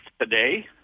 today